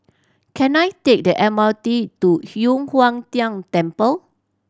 can I take the M R T to Yu Huang Tian Temple